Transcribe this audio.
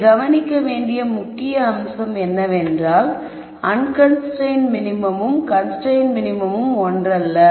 இங்கே கவனிக்க வேண்டிய முக்கிய அம்சம் என்னவென்றால் அன்கன்ஸ்ரைன்ட் மினிமமும் கன்ஸ்ரைன்ட் மினிமமும் ஒன்றல்ல